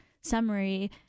summary